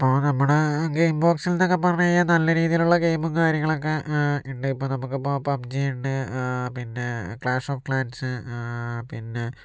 ഇപ്പോൾ നമ്മുടെ ഗെയിം ബോക്സിൽ എന്നൊക്കെ പറഞ്ഞുകഴിഞ്ഞാൽ നല്ല രീതിയിലുള്ള ഗെയിമും കാര്യങ്ങളൊക്കെ ഉണ്ട് ഇപ്പോൾ നമുക്കിപ്പോൾ പബ്ജി ഉണ്ട് പിന്നെ ക്ലാഷ് ഓഫ് ക്ലാൻസ് പിന്നെ